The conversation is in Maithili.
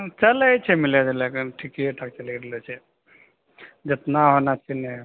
चलै छै मिला जुलाके ठीके ठाक चलि रहलो छै जतना होना चाही ने